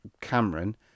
cameron